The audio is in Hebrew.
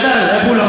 הוא לא גדל ב"פורת